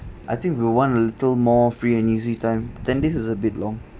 I think we will want a little more free and easy time ten days is a bit long